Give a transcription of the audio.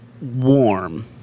warm